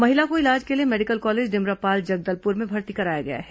महिला को इलाज के लिए मेडिकल कॉलेज डिमरापाल जगदलपुर में भर्ती कराया गया है